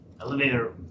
Elevator